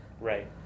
Right